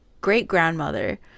great-grandmother